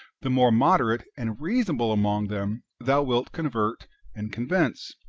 the more moderate and rea sonable among them thou wilt convert and convince,